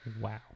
Wow